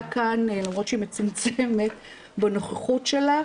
כאן למרות שהיא מצומצמת בנוכחות שלה